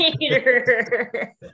later